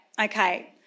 Okay